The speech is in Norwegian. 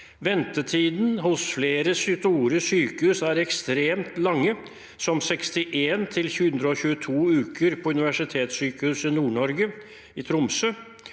Ventetidene hos flere store sykehus er ekstremt lange, som 61 til 122 uker på Universitetssykehuset Nord-Norge, Tromsø,